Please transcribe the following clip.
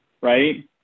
right